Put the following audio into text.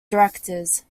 directors